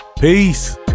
peace